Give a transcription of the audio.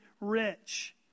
rich